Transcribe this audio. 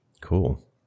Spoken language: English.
Cool